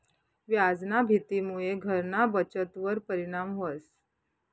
व्याजना भीतीमुये घरना बचतवर परिणाम व्हस